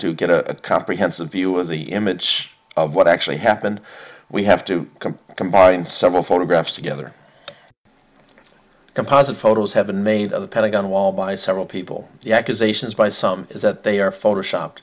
to get a comprehensive view of the image of what actually happened we have to come combine several photographs together composite photos have been made of the pentagon wall by several people the accusations by some is that they are photo shop